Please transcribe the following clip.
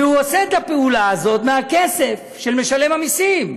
והוא עושה את הפעולה הזאת מהכסף של משלם המסים,